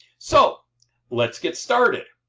so let's get started.